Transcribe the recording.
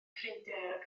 ffrindiau